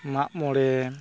ᱢᱟᱜᱢᱚᱬᱮ